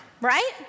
right